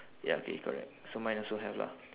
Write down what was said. ya K correct so mine also have lah